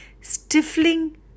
stifling